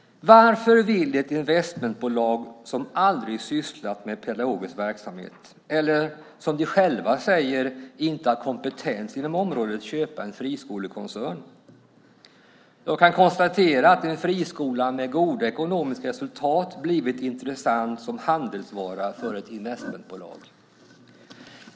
Varför vill ett investmentbolag som aldrig sysslat med pedagogisk verksamhet eller, som de själva säger, inte har kompetens inom området köpa en friskolekoncern? Jag kan konstatera att en friskola med goda ekonomiska resultat blivit intressant som handelsvara för ett investmentbolag.